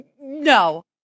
No